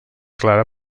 clara